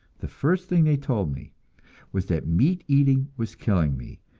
the first thing they told me was that meat-eating was killing me.